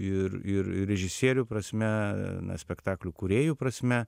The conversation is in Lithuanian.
ir ir režisierių prasme spektaklių kūrėjų prasme